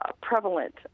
prevalent